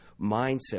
mindset